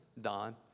Don